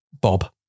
Bob